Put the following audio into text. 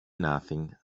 nothing